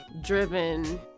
driven